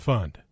Fund